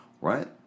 right